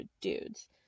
dudes